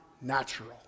natural